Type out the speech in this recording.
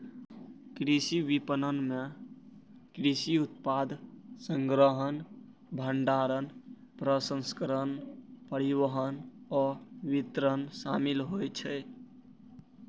कृषि विपणन मे कृषि उत्पाद संग्रहण, भंडारण, प्रसंस्करण, परिवहन आ वितरण शामिल होइ छै